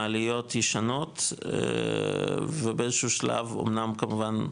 מעליות ישנות ובאיזשהו שלב, אמנם, כמובן,